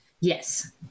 Yes